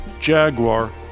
Jaguar